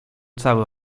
cały